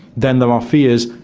then there are fears,